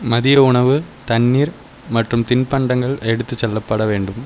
மதிய உணவு தண்ணீர் மற்றும் திண்பண்டங்கள் எடுத்துச் செல்லப்பட வேண்டும்